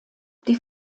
die